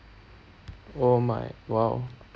oh my !wow! ya